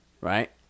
right